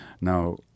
Now